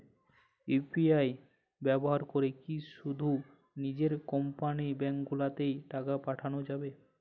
UPI ব্যবহার করে কি শুধু নিজের কোম্পানীর ব্যাংকগুলিতেই টাকা পাঠানো যাবে?